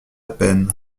peine